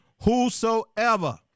whosoever